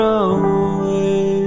away